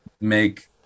make